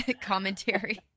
commentary